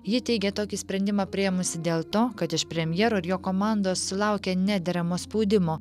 ji teigė tokį sprendimą priėmusi dėl to kad iš premjero ir jo komandos sulaukė nederamo spaudimo